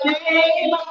name